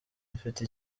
mfite